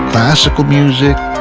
classical music.